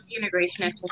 integration